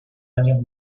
años